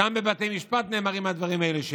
וגם בבתי משפט נאמרים הדברים האלה,